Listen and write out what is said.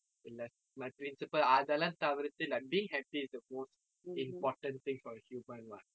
alas my principle அதெல்லாம் தவிர்த்து:athellaam thavirttu like being happy is the most important thing for a human what